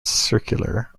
circular